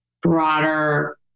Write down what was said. broader